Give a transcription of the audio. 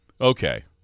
okay